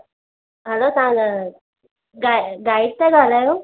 हलो तव्हां न गा गाइड था ॻाल्हायो